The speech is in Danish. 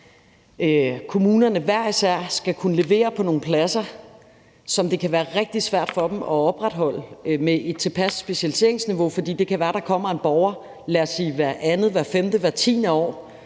kommunerne hver især skal kunne levere på nogle områder, som det kan være rigtig svært for dem at opretholde med et tilpas specialiseringsniveau, for det kan være, der kommer en borger, lad os sige blot hvert andet, hvert femte eller hvert tiende år,